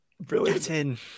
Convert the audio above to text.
Brilliant